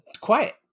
quiet